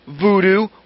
voodoo